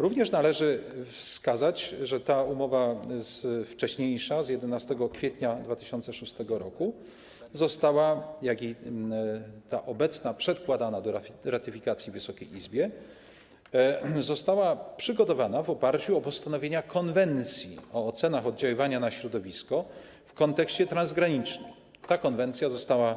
Również należy wskazać, że ta umowa wcześniejsza, z 11 kwietnia 2006 r., jak i obecna przedkładana do ratyfikacji Wysokiej Izbie, zostały przygotowane w oparciu o postanowienia Konwencji o ocenach oddziaływania na środowisko w kontekście transgranicznym - ta konwencja została